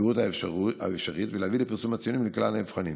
במהירות האפשרית ולהביא לפרסום הציונים לכלל הנבחנים.